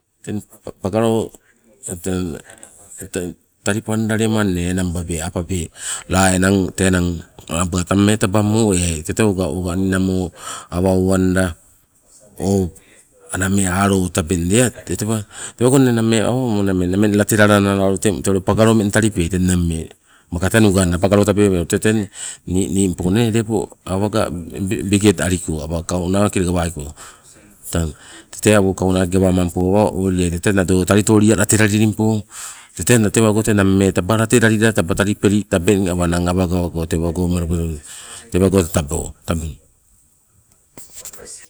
Teng pagalo talipanda lema inne enang babe apabe la enang nammee taba mo eai tete oga ninamo awa owanda o nammee alo tabeng lea tee tewa. Tewago la nammee ummeng late lalana tee ule pagalo talipeai teng maka tee nuganna pagalo. Tete ningpo lepo awaga lepo bikiheti nakie waliko tang, tete awo kaunaki gawamangpo awa oweliai tete nado talitolia late lilingpo, tete tewago tee nammee taba late lalila, taba talipeli tabeng. Tabo tabang.